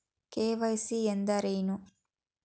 KYC ಎಂದರೇನು?